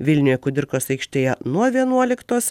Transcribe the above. vilniuje kudirkos aikštėje nuo vienuoliktos